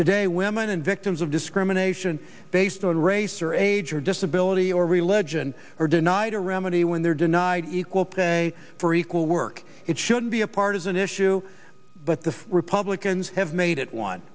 today women and victims of discrimination based on race or age or disability or religion are denied a remedy when they're denied equal pay for equal work it shouldn't be a partisan issue but the republicans have made it one